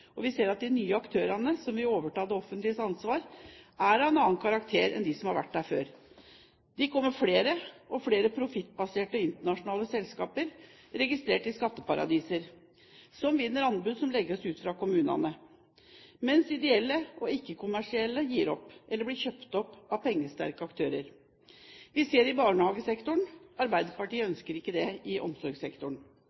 vår. Vi ser at de nye aktørene som vil overta det offentliges ansvar, er av en annen karakter enn de som har vært der før. Det kommer flere og flere profittbaserte internasjonale selskaper, registrert i skatteparadiser, som vinner anbud som legges ut fra kommunene, mens ideelle og ikke-kommersielle gir opp eller blir kjøpt opp av pengesterke aktører. Vi ser det i barnehagesektoren. Arbeiderpartiet